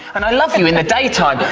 and i love you in the daytime,